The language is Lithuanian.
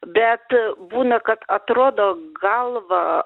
bet būna kad atrodo galvą